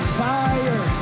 fire